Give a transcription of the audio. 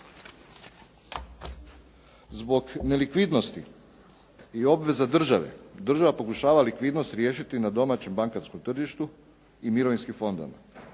Zbog nelikvidnosti i obveza države, država pokušava likvidnost riješiti na domaćem bankarskom tržištu i mirovinskim fondovima.